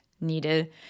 needed